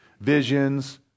visions